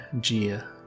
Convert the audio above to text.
Gia